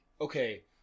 Okay